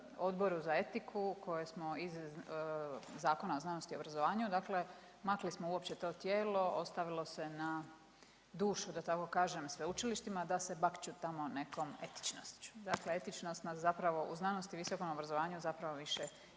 Odboru za etiku koje smo iz Zakona o znanosti i obrazovanju, dakle makli smo uopće to tijelo. Ostavilo se na dušu da tako kažem sveučilištima da se bakču tamo nekom etičnošću. Dakle, etičnost nas zapravo u znanosti, visokom obrazovanju zapravo više i ne